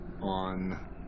on